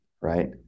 right